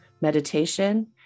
meditation